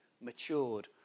matured